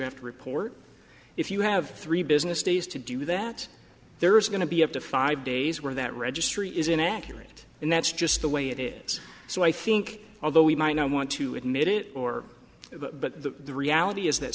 have to report if you have three business days to do that there is going to be up to five days where that registry is inaccurate and that's just the way it is so i think although we might not want to admit it or the reality is that